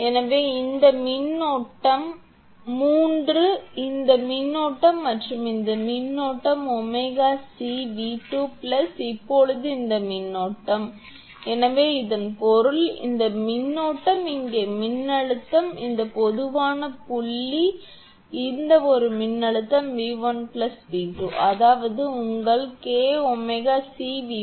எனவே இந்த மின்னோட்டம் கரண்ட் 3 இந்த மின்னோட்டம் மற்றும் இந்த மின்னோட்டம் 𝜔𝐶𝑉2 பிளஸ் இப்போது இந்த மின்னோட்டம் எனவே இதன் பொருள் இந்த மின்னோட்டம் இங்கே இந்த மின்னழுத்தம் இந்த பொதுவான புள்ளி இந்த ஒரு மின்னழுத்தம் 𝑉1 𝑉2 அதாவது உங்கள் 𝐾𝜔𝐶𝑉1 பிளஸ்